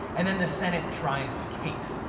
and then the senate tries the case.